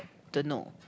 don't know